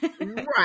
right